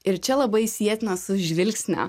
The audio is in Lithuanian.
ir čia labai sietina su žvilgsnio